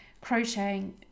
crocheting